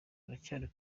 aracyari